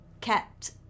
kept